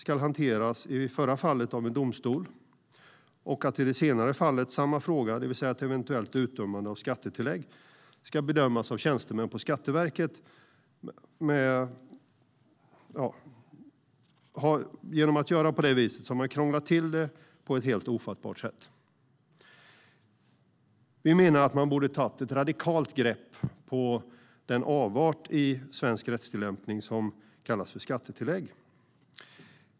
I det förra fallet ska det hanteras av en domstol och i det senare fallet - det är samma fråga, det vill säga ett eventuellt utdömande av skattetillägg - av tjänstemän på Skatteverket. Man har krånglat till det på ett helt ofattbart sätt. Vi menar att man borde ha tagit ett radikalt grepp på den avart i svensk rättstillämpning som kallas för skattetillägg.